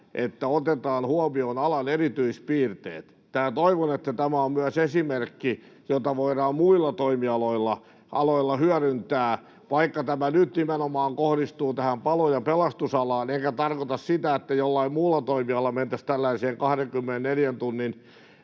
että otetaan huomioon alan erityispiirteet. Toivon, että tämä on myös esimerkki, jota voidaan muilla toimialoilla hyödyntää, vaikka tämä nyt nimenomaan kohdistuu tähän palo- ja pelastusalaan. Enkä tarkoita sitä, että jollain muulla toimialalla mentäisiin tällaiseen 24 tunnin